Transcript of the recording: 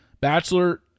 Bachelor